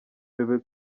bebe